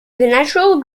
natural